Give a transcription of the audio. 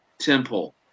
temple